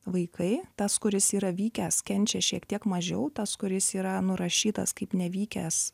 vaikai tas kuris yra vykęs kenčia šiek tiek mažiau tas kuris yra nurašytas kaip nevykęs